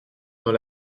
dans